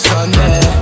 Sunday